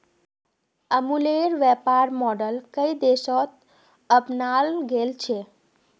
अमूलेर व्यापर मॉडल कई देशत अपनाल गेल छ